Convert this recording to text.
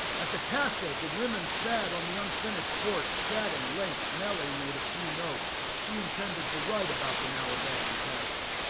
at the castle the women sat on the unfinished porch, chatting late. nelly made a few notes she intended to write about the now abandoned castle.